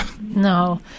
No